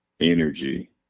energy